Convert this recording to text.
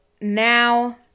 now